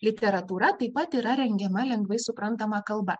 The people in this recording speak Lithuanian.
literatūra taip pat yra rengiama lengvai suprantama kalba